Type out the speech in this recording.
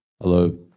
Hello